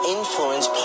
Influence